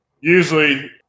usually –